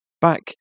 Back